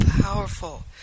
powerful